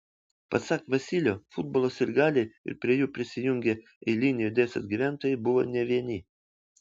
pasak vasylio futbolo sirgaliai ir prie jų prisijungę eiliniai odesos gyventojai buvo ne vieni